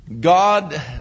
God